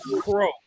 crow